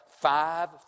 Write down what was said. five